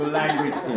language